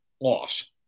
loss